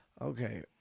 Okay